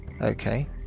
Okay